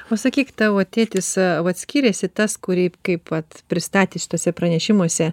o sakyk tavo tėtis vat skyrėsi tas kurį kaip vat pristatė šituose pranešimuose